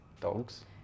Dogs